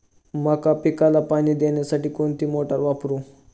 मका पिकाला पाणी देण्यासाठी कोणती मोटार वापरू?